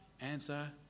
Answer